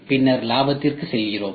பின்னர் நாம் லாபத்திற்கு செல்கிறோம்